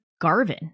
Garvin